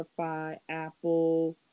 Apple